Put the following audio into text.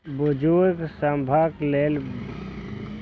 बुजुर्ग सभक लेल वय बंधन योजना, वृद्धावस्था पेंशन योजना चलि रहल छै